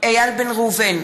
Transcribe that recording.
איל בן ראובן,